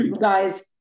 guys